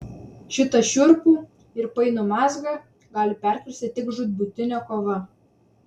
šitą šiurpų ir painų mazgą gali perkirsti tik žūtbūtinė kova